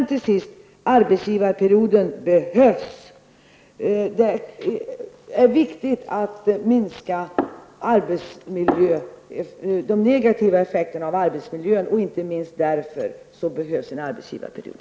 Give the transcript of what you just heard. Till sist: Det är viktigt att minska de negativa effekterna av arbetsmiljön, och inte minst därför behövs en arbetsgivarperiod.